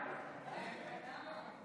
נגד גדעון סער,